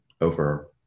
over